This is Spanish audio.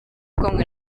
con